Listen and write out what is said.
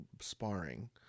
sparring